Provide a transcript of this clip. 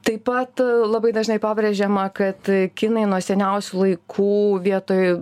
taip pat labai dažnai pabrėžiama kad kinai nuo seniausių laikų vietoj